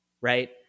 right